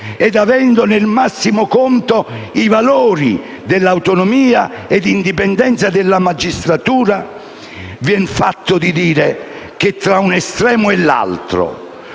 e avendo nel massimo conto i valori dell'autonomia e dell'indipendenza della magistratura, viene da dire che tra un estremo e l'altro